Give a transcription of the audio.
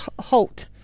halt